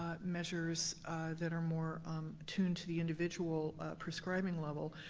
ah measures that are more tuned to the individual prescribing level.